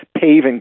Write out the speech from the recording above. paving